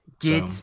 Get